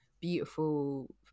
beautiful